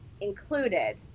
included